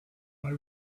when